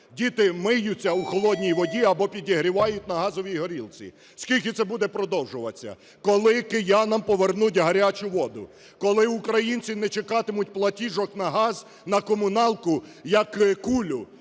Діти миються у холодній воді, або підігрівають на газовій горілці! Скільки це буде продовжуватись?! Коли киянам повернуть гарячу воду?! Коли українці не чекатимуть платіжок на газ, на комуналку, як кулю,